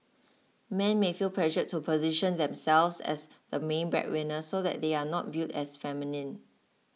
men may feel pressured to position themselves as the main breadwinner so that they are not viewed as feminine